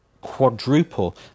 quadruple